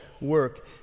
work